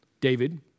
David